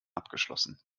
abgeschlossen